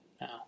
Now